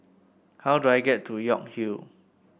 how do I get to York Hill